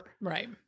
right